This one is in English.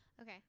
Okay